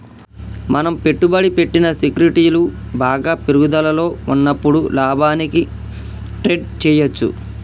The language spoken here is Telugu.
మనం పెట్టుబడి పెట్టిన సెక్యూరిటీలు బాగా పెరుగుదలలో ఉన్నప్పుడు లాభానికి ట్రేడ్ చేయ్యచ్చు